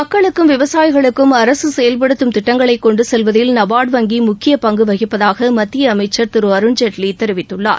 மக்களுக்கும் விவசாயிகளுக்கும் அரசு செயல்படுத்தும் திட்டங்களை கொண்டு செல்வதில் நபார்ட் வங்கி முக்கிய பங்கு வகிப்பதாக மத்திய அமைச்சர் திரு அருண் ஜேட்லி தெரிவித்துள்ளார்